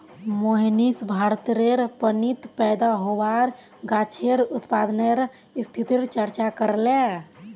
मोहनीश भारतेर पानीत पैदा होबार गाछेर उत्पादनेर स्थितिर चर्चा करले